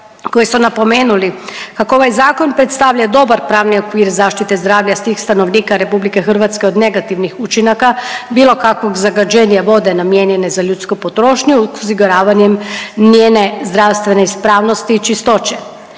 koji su napomenuli kako ovaj zakon predstavlja dobar pravni okvir zaštite zdravlja svih stanovnika Republike Hrvatske od negativnih učinaka, bilo kakvog zagađenja vode namijenjene za ljudsku potrošnju izigravanjem njene zdravstvene ispravnosti i čistoće.